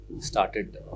started